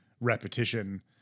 repetition